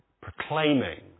Proclaiming